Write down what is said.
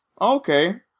Okay